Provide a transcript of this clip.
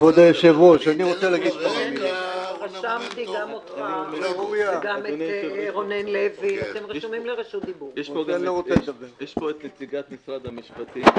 אדוני היושב-ראש, יש פה נציגת משרד המשפט.